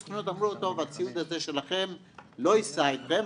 בסוכנות אמרו: הציוד הזה שלכם לא ייסע איתכם.